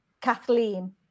Kathleen